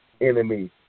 enemy